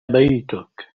بيتك